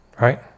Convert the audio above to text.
Right